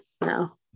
No